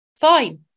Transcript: fine